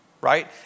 right